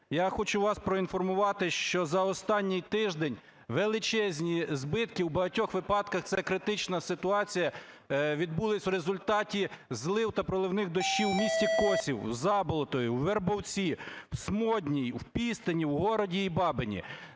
Я хочу вас проінформувати, що за останній тиждень величезні збитки, в багатьох випадках це критична ситуація, відбулись в результаті злив та проливних дощів в місті Косів, в Заболотові, у Вербовці, в Смодній, в Пістані, в Городі і Бабині.